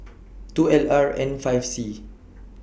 two L R N five C